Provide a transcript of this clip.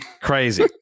Crazy